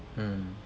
mm